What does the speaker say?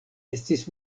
estis